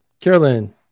Carolyn